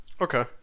Okay